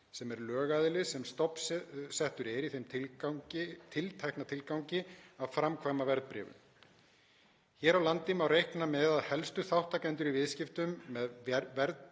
sem er lögaðili sem stofnsettur er í þeim tiltekna tilgangi að framkvæma verðbréfun. Hér á landi má reikna með að helstu þátttakendur í viðskiptum með verðbréfaðar